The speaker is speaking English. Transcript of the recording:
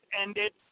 ended